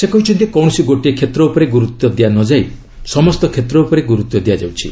ସେ କହିଛନ୍ତି କୌଣସି ଗୋଟିଏ କ୍ଷେତ୍ର ଉପରେ ଗୁରୁତ୍ୱ ଦିଆନଯାଇ ସମସ୍ତ କ୍ଷେତ୍ର ଉପରେ ଗୁରୁତ୍ୱ ଦିଆଯାଉଛି